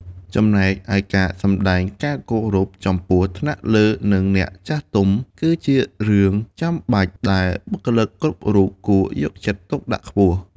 ចំណែកឯការសម្ដែងការគោរពចំពោះថ្នាក់លើ និងអ្នកចាស់ទុំ គឺជារឿងចាំបាច់ដែលបុគ្គលិកគ្រប់រូបគួរយកចិត្តទុកដាក់ខ្ពស់។